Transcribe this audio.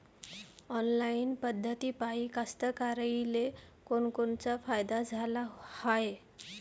Online पद्धतीपायी कास्तकाराइले कोनकोनचा फायदा झाला हाये?